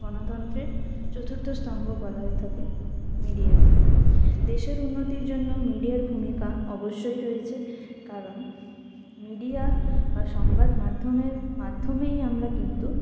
গণতন্ত্রের চতুর্থ স্তম্ভ বলা হয়ে থাকে মিডিয়াকে দেশের উন্নতির জন্য মিডিয়ার ভূমিকা অবশ্যই রয়েছে কারণ মিডিয়া বা সংবাদমাধ্যমের মাধ্যমেই আমরা কিন্তু